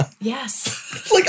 Yes